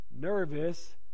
nervous